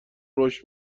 رشد